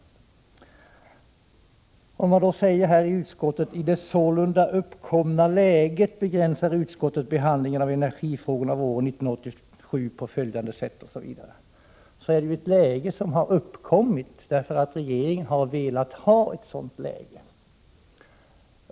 Utskottet säger i betänkandet: ”I det sålunda uppkomna läget begränsar utskottet behandlingen av energifrågorna våren 1987 på följande sätt.” Det är ju ett läge som har uppkommit på grund av att regeringen har velat ha ett sådant läge.